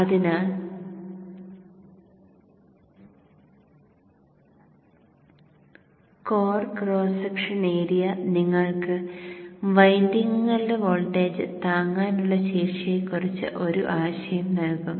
അതിനാൽ core cross section area നിങ്ങൾക്ക് വൈൻഡിംഗുകളുടെ വോൾട്ടേജ് താങ്ങാനുള്ള ശേഷിയെക്കുറിച്ച് ഒരു ആശയം നൽകും